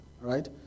right